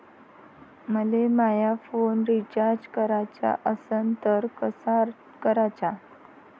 मले माया phone recharge कराचा असन तर कसा कराचा?